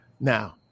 Now